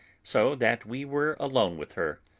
so that we were alone with her.